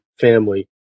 family